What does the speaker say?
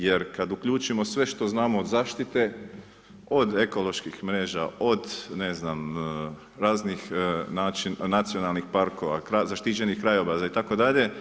Jer kad uključimo sve što znamo od zaštite, od ekoloških mreža, od ne znam raznih nacionalnih parkova, zaštićenih… [[Govornik se ne razumije]] itd.